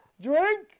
Drink